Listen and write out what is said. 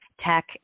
tech